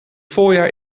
voorjaar